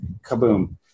kaboom